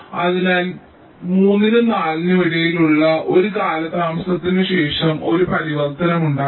അതിനാൽ 3 നും 4 നും ഇടയിലുള്ള 1 കാലതാമസത്തിനുശേഷം ഒരു പരിവർത്തനം ഉണ്ടാകും